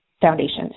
foundations